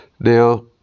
Now